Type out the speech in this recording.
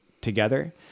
together